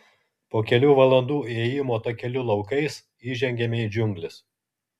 po kelių valandų ėjimo takeliu laukais įžengiame į džiungles